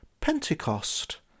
Pentecost